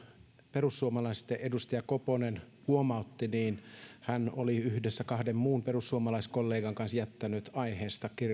perussuomalaisten edustaja koponen huomautti niin hän oli yhdessä kahden muun perussuomalaiskollegan kanssa jättänyt aiheesta